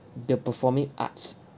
the performing arts